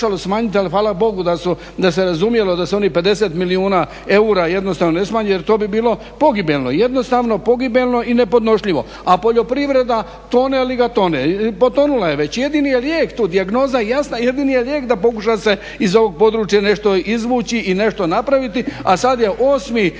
hvala Bogu da se razumjelo da se onih 50 milijuna eura jednostavno ne smanji jer to bi bilo pogibeljno, jednostavno pogibeljno i nepodnošljivo. A poljoprivreda tone li ga tone, potonula je već. Jedini je lijek tu, dijagnoza je jasna, jedini je lijek da pokuša se iz ovog područja nešto izvući i nešto napraviti, a sad je 8.